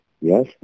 yes